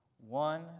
one